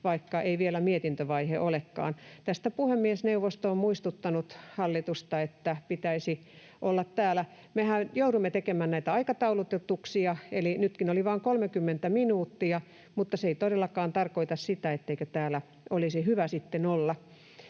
vaikka ei vielä mietintövaihe olekaan. Tästä puhemiesneuvosto on muistuttanut hallitusta, että pitäisi olla täällä. Mehän joudumme tekemään näitä aikataulutuksia, eli nytkin oli vain 30 minuuttia, mutta se ei todellakaan tarkoita sitä, etteikö täällä olisi hyvä sitten olla.